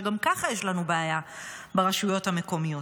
כשגם ככה יש לנו בעיה ברשויות המקומיות.